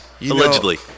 Allegedly